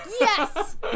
Yes